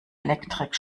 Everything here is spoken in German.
elektrik